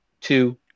two